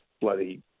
bloody